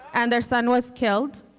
and their son was killed,